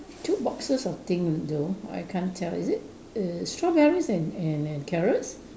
two boxes of thing though I can't tell is it err strawberries and and and carrots